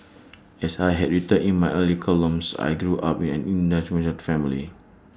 as I had written in my earlier columns I grew up in an undemonstrative family